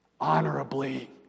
honorably